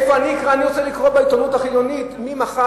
אני רוצה לקרוא בעיתונות החילונית מי מחה